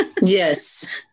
yes